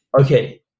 okay